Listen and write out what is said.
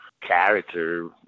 character